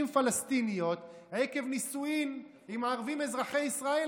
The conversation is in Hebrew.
פלסטיניות עקב נישואים עם ערבים אזרחי ישראל.